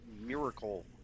miracle